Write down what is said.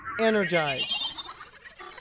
Energize